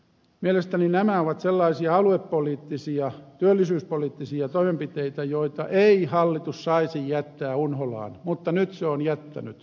mielestäni nämä ovat sellaisia aluepoliittisia ja työllisyyspoliittisia toimenpiteitä joita ei hallitus saisi jättää unholaan mutta nyt se on jättänyt